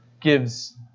gives